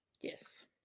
Yes